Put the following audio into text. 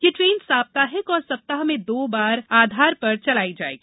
ये ट्रेन साप्ताहिक और सप्ताह में दो बार आधार पर चलायी जाएगी